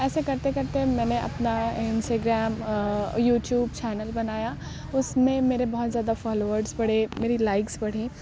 ایسے کرتے کرتے میں نے اپنا Instagram YouTube channel بنایا اس میں میرے بہت زیادہ فالورس بڑھے میری لائکس بڑھیں